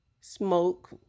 smoke